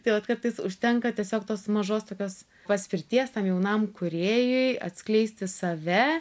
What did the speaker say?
tai vat kartais užtenka tiesiog tos mažos tokios paspirties tam jaunam kūrėjui atskleisti save